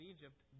Egypt